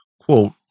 Quote